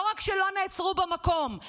לא רק שלא נעצרו במקום,